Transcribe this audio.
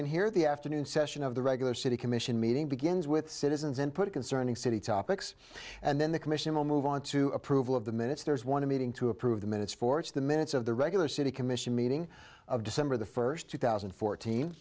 in here the afternoon session of the regular city commission meeting begins with citizens and put it concerning city topics and then the commission will move on to approval of the minutes there is one meeting to approve the minutes for it's the minutes of the regular city commission meeting of december the first two thousand and fourteen